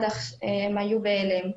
הם היו בהלם.